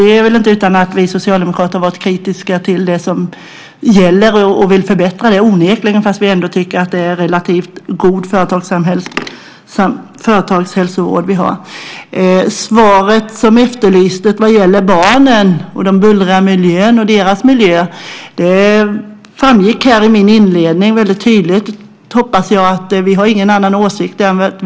Det är väl inte utan att vi socialdemokrater har varit kritiska till det som gäller och vill förbättra där. Onekligen är det så, men vi tycker ändå att vi har en relativt god företagshälsovård. Det efterlystes ett svar om barnen, buller och den miljön. Av min inledning i anförandet framgick väldigt tydligt, hoppas jag, att vi inte har någon annan åsikt.